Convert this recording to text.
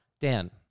Dan